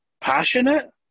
passionate